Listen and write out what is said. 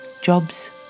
jobs